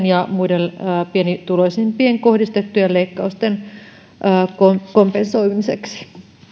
ja muiden pienituloisimpiin kohdistettujen leikkausten kompensoimiseksi